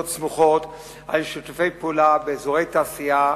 סמוכות על שיתופי פעולה באזורי תעשייה,